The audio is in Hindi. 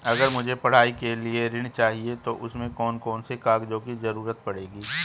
अगर मुझे पढ़ाई के लिए ऋण चाहिए तो उसमें कौन कौन से कागजों की जरूरत पड़ेगी?